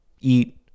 eat